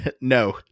No